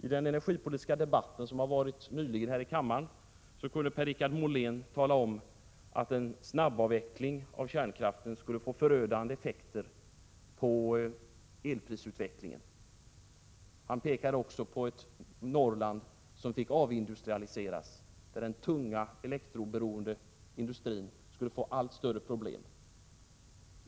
I den energipolitiska debatt som förts här i kammaren kunde Per-Richard Molén tala om att en snabb avveckling av kärnkraften skulle få förödande effekter på elprisutvecklingen. Han pekade också på ett Norrland som fick avindustrialiseras och där den tunga av el beroende industrin skulle få mycket stora problem.